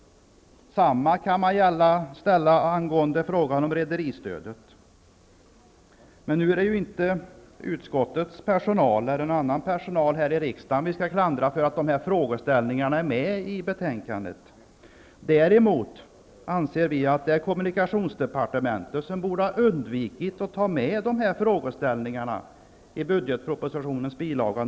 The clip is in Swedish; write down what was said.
Detsamma gäller frågan om rederistödet. Det är inte utskottets personal eller annan personal här i riksdagen vi skall klandra för att dessa frågeställningar finns med i betänkandet. Däremot anser vi att kommunikationsdepartementet borde ha undvikit att ta med dessa frågor i budgetpropositionens bil. 7.